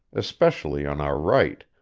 especially on our right,